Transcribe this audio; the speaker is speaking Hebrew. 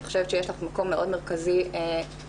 אני חושבת שיש לך מקום מאוד מרכזי להביא,